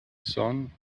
sun